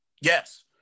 Yes